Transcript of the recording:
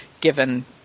given